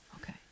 Okay